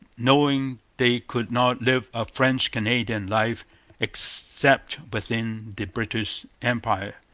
knowing they could not live a french-canadian life except within the british empire.